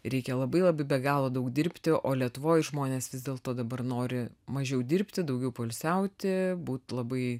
reikia labai labai be galo daug dirbti o lietuvoj žmonės vis dėl to dabar nori mažiau dirbti daugiau poilsiauti būt labai